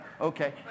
okay